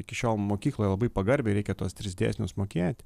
iki šiol mokykloje labai pagarbiai reikia tuos tris dėsnius mokėti